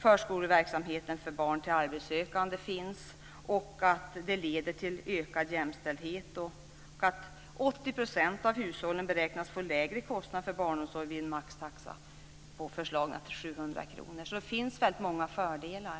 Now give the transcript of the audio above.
Förskoleverksamhet finns därmed för barn till arbetssökande. Detta leder till ökad jämställdhet. 80 % av hushållen beräknas få en lägre kostnad för barnomsorgen i och med en maxtaxa om föreslagna 700 kr. Det finns alltså väldigt många fördelar.